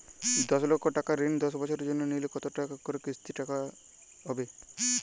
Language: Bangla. দশ লক্ষ টাকার ঋণ দশ বছরের জন্য নিলে কতো টাকা করে কিস্তির টাকা হবে?